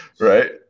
right